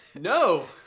no